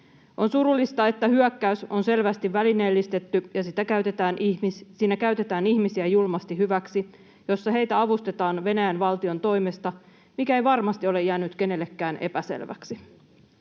On surullista, että hyökkäys on selvästi välineellistetty ja siinä käytetään ihmisiä julmasti hyväksi ja heitä avustetaan Venäjän valtion toimesta, mikä ei varmasti ole jäänyt kenellekään epäselväksi.